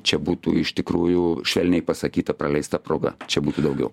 čia būtų iš tikrųjų švelniai pasakyta praleista proga čia būtų daugiau